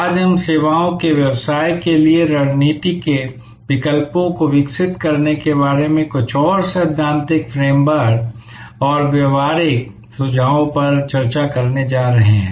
आज हम सेवाओं के व्यवसाय के लिए रणनीति के विकल्पों को विकसित करने के बारे में कुछ और सैद्धांतिक फ्रेम वर्क और व्यावहारिक सुझावों पर चर्चा करने जा रहे हैं